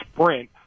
sprint